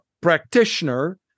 practitioner